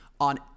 on